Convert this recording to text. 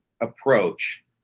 approach